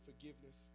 forgiveness